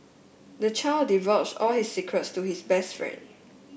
the child divulged all his secrets to his best friend